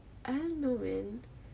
I don't know man